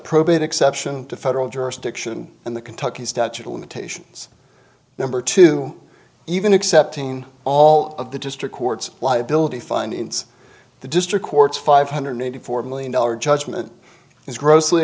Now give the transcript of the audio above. probate exception to federal jurisdiction and the kentucky statute of limitations number two even accepting all of the district court's liability fund in the district courts five hundred eighty four million dollars judgment is grossly